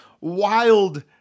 wild